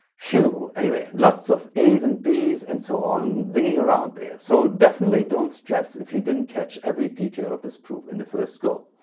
phew. anyway, lots of a's and a's and so on zinging around there. so definitely don't stress if you didn't catch every detail of this proof in the first go.